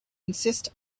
insist